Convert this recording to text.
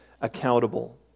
accountable